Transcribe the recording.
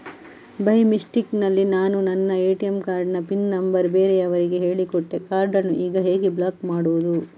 By mistake ನಲ್ಲಿ ನಾನು ನನ್ನ ಎ.ಟಿ.ಎಂ ಕಾರ್ಡ್ ನ ಪಿನ್ ನಂಬರ್ ಬೇರೆಯವರಿಗೆ ಹೇಳಿಕೊಟ್ಟೆ ಕಾರ್ಡನ್ನು ಈಗ ಹೇಗೆ ಬ್ಲಾಕ್ ಮಾಡುವುದು?